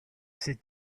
sit